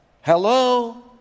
Hello